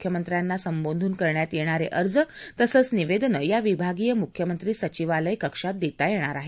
मुख्यमंत्र्यांना संबोधून केले जाणारे अर्ज तसंच निवेदन या विभागीय मुख्यमंत्री सचिवालय कक्षात देता येणार आहेत